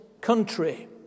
country